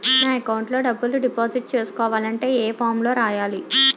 నా అకౌంట్ లో డబ్బులు డిపాజిట్ చేసుకోవాలంటే ఏ ఫామ్ లో రాయాలి?